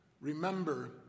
remember